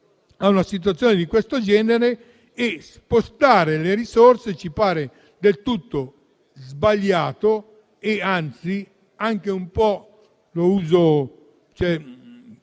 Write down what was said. a una situazione di questo genere e spostare le risorse ci pare del tutto sbagliato e ci lascia un po' l'amaro